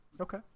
Okay